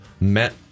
met